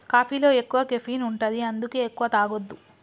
కాఫీలో ఎక్కువ కెఫీన్ ఉంటది అందుకే ఎక్కువ తాగొద్దు